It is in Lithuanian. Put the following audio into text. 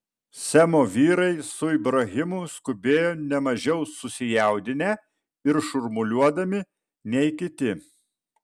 semo vyrai su ibrahimu skubėjo ne mažiau susijaudinę ir šurmuliuodami nei kiti